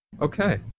Okay